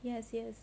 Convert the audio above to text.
yes yes